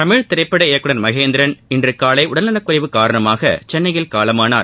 தமிழ் திரைப்பட இயக்குநர் மகேந்திரன் இன்று காலைஉடல்நலக்குறைவு காரணமாக சென்னையில்காலமானார்